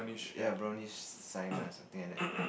ya brownish sign lah something like that